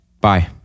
bye